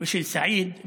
של סעיד,